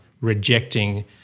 rejecting